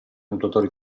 nuotatore